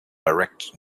direction